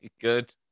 good